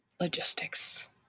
logistics